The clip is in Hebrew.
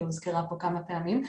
היא הוזכרה פה כמה פעמים.